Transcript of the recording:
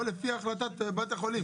או לפי החלטת בית החולים,